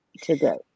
today